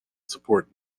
support